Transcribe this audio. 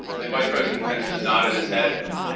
and vice president pence just nodded his head?